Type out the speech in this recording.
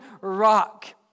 rock